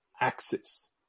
axis